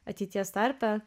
ateities tarpe